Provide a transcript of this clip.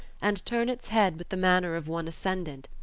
and turn its head with the manner of one ascendant,